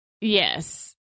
Yes